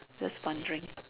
just wondering